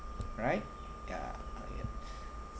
right ya